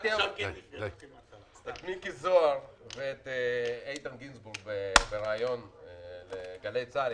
שמעתי את מיקי זוהר ואת איתן גינזבורג בריאיון בגלי צה"ל,